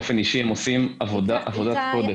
אני מכיר המון-המון אנשים באופן אישי והם עושים עבודת קודש.